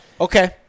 Okay